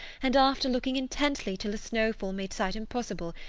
and, after looking intently till a snow fall made sight impossible,